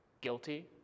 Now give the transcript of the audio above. Guilty